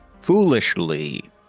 foolishly